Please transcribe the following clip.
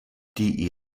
die